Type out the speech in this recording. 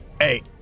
hey